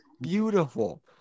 beautiful